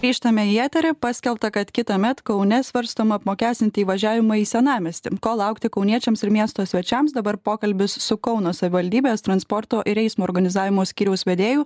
grįžtame į eterį paskelbta kad kitąmet kaune svarstoma apmokestinti įvažiavimą į senamiestį ko laukti kauniečiams ir miesto svečiams dabar pokalbis su kauno savivaldybės transporto ir eismo organizavimo skyriaus vedėju